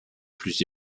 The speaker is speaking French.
plus